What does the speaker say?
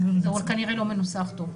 זה כנראה לא מנוסח טוב.